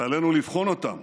ועלינו לבחון אותם